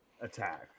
attack